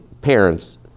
parents